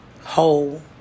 whole